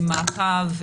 עם מעקב,